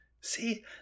See